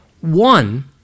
one